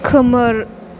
खोमोर